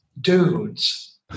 dudes